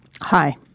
Hi